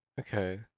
okay